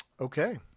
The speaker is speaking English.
Okay